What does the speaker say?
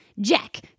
Jack